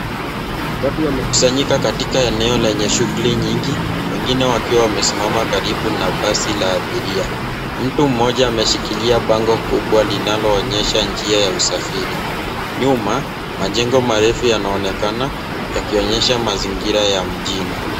Watu wamekusanyika katika eneo lenye shughuli nyingi wengine wakiwa wamesimama karibu na basi la abiria. Mtu mmoja ameshikilia bango kubwa linaloonyesha njia ya usafiri. Nyuma majengo marefu yanaonekana yakionyesha mazingira ya mjini.